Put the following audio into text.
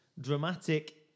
Dramatic